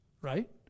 right